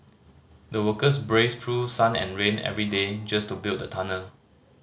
the workers braved through sun and rain every day just to build the tunnel